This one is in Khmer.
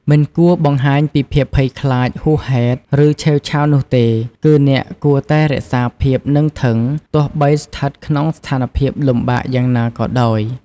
មិនគួរបង្ហាញពីភាពភ័យខ្លាចហួសហេតុ ឬ ឆេវឆាវនោះទេ គឺអ្នកគួរតែរក្សាភាពនឹងធឹង ទោះបីស្ថិតក្នុងស្ថានភាពលំបាកយ៉ាងណាក៏ដោយ។